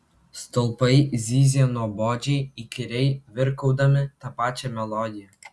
stulpai zyzė nuobodžiai įkyriai virkaudami tą pačią melodiją